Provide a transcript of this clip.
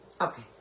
Okay